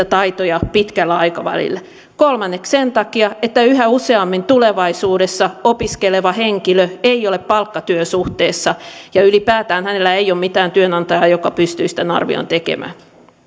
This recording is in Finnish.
taitoja pitkällä aikavälillä kolmanneksi sen takia että yhä useammin tulevaisuudessa opiskeleva henkilö ei ole palkkatyösuhteessa ja ylipäätään hänellä ei ole mitään työnantajaa joka pystyisi tämän arvion tekemään